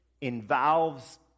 involves